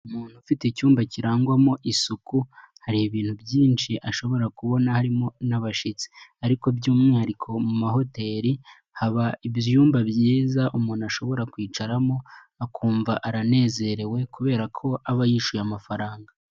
Umuntu ufite icyumba kirangwamo isuku, hari ibintu byinshi ashobora kubona harimo n'abashyitsi ariko by'umwihariko mu mahoteli haba ibyumba byiza umuntu ashobora kwicaramo akumva aranezerewe kubera ko aba yishyuye amafaranga.